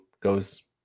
goes